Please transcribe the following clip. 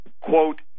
quote